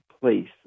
place